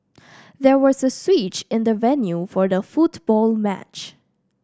there was a switch in the venue for the football match